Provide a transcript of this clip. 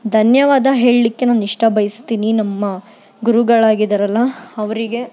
ಧನ್ಯವಾದ ಹೇಳಲಿಕ್ಕೆ ನಾನು ಇಷ್ಟ ಬಯಸ್ತೀನಿ ನಮ್ಮ ಗುರುಗಳಾಗಿದ್ದಾರಲ್ಲ ಅವರಿಗೆ